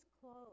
clothes